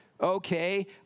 okay